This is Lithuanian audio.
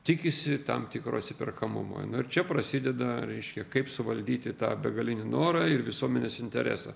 tikisi tam tikro atsiperkamumo nu ir čia prasideda reiškia kaip suvaldyti tą begalinį norą ir visuomenės interesą